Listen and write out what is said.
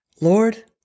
Lord